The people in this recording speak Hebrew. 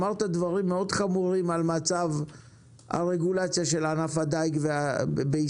אמרת דברים חמורים מאוד על מצב הרגולציה של ענף הדיג בישראל,